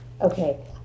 Okay